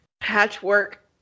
patchwork